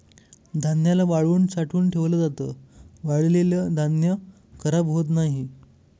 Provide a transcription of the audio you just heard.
धान्याला वाळवून साठवून ठेवल जात, वाळलेल धान्य खराब होत नाही